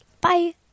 bye